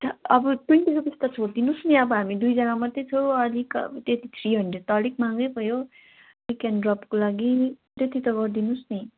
छा अब twenty rupees त छोड दिनुहोस् नि आबो हामी दुईजाना मात्रै छु अलिक त्यति थ्री हन्ड्रेड त अलिक महँगो भयो पिक एन्ड ड्रपको लागि त्यति त गरिदिनुहोस् नि